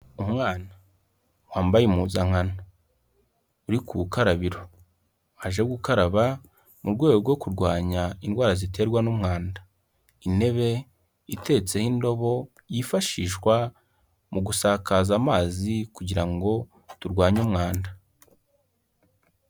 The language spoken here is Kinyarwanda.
Umwana wambaye impuzankano, uri ku rukarabiro, waje gukaraba mu rwego rwo kurwanya indwara ziterwa n'umwanda. Intebe iteretseho indobo yifashishwa mu gusakaza amazi kugira ngo turwanye umwanda.